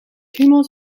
humus